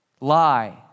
lie